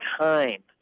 time